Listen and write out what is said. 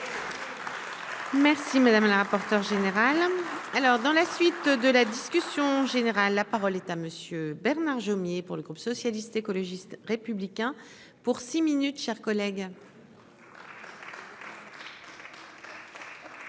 Merci madame la rapporteure générale. Alors, dans la suite de la discussion générale, la parole. Monsieur Bernard Jomier pour le groupe socialiste, écologiste et républicain pour six minutes chers collègues.